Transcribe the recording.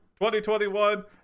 2021